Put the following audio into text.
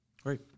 Great